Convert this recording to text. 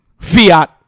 Fiat